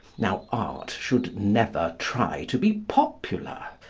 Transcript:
now art should never try to be popular.